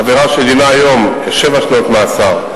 עבירה שדינה היום שבע שנות מאסר,